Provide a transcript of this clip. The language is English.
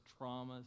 traumas